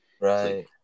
Right